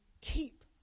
keep